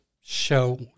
show